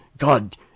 God